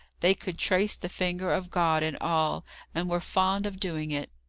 they could trace the finger of god in all and were fond of doing it.